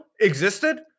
existed